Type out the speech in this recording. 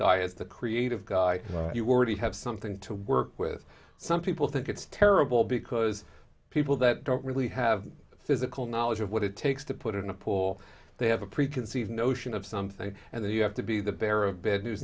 guy is the creative guy you already have something to work with some people think it's terrible because people that don't really have the physical knowledge of what it takes to put in a pool they have a preconceived notion of something and you have to be the bearer of bad news